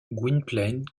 gwynplaine